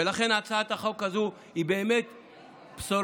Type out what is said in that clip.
ולכן הצעת החוק הזו היא באמת בשורה.